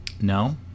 No